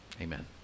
amen